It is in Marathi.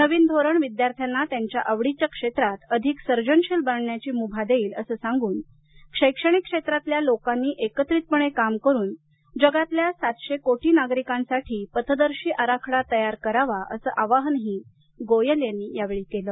नवीन धोरण विद्यार्थ्यांना त्यांच्या आवडीच्या क्षेत्रात अधिक सर्जनशील बनण्याची मुभा देईल असं सांगून शैक्षणिक क्षेत्रातल्या लोकांनी एकत्रितपणे काम करुन जगातल्या सातशे कोटी नागरिकांसाठी पथदर्शी आराखडा तयार करावा असं आवाहन गोयल यांनी यावेळी केलं